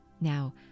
now